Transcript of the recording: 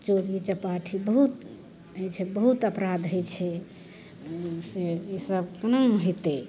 चोरी चपाटी बहुत होइ छै बहुत अपराध होइ छै से ईसब कोना हेतय